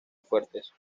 fuertes